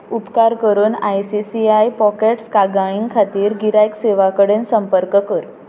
उपकार करून I C C I Pockets कागाळीं खातीर गिरायक सेवा कडेन संपर्क कर